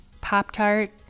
Pop-tart